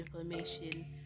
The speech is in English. information